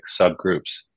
subgroups